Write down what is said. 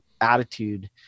attitude